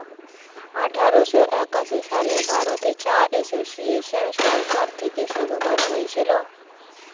আঠারোশো একাশি সালে ভারতে চা এসোসিয়েসন সরকার থেকে শুরু করা হয়েছিল